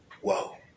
Whoa